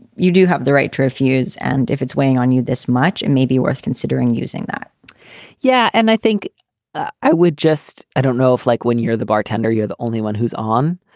you do have the right to refuse. and if it's weighing on you this much, it and may be worth considering using that yeah. and i think i would just i don't know if like when you're the bartender, you're the only one who's on.